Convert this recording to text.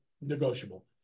negotiable